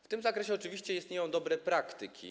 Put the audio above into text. W tym zakresie oczywiście istnieją dobre praktyki.